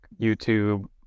youtube